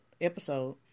episode